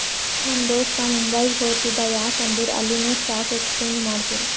ನಮ್ ದೋಸ್ತ ಮುಂಬೈಗ್ ಹೊತ್ತಿದ ಯಾಕ್ ಅಂದುರ್ ಅಲ್ಲಿನೆ ಸ್ಟಾಕ್ ಎಕ್ಸ್ಚೇಂಜ್ ಮಾಡ್ತಿರು